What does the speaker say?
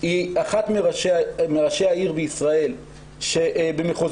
היא אחת מראשי העיר בישראל שבמחוזותיה,